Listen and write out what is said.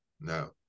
No